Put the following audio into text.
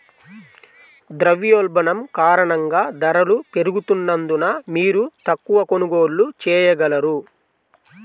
ద్రవ్యోల్బణం కారణంగా ధరలు పెరుగుతున్నందున, మీరు తక్కువ కొనుగోళ్ళు చేయగలరు